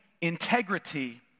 integrity